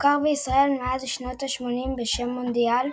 המוכר בישראל מאז שנות השמונים בשם מונדיאל,